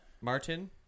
Martin